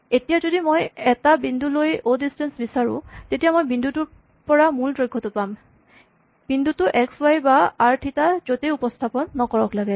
এতিয়া যদি মই এটা বিন্দু লৈ অ' ডিচটেন্স বিচাৰোঁ তেতিয়া মই বিন্দুটোৰ পৰা মূলৰ দৈৰ্ঘটো পাম বিন্দুটো এক্স ৱাই বা আৰ থিতা য'তেই উপস্হাপন নকৰক লাগিলে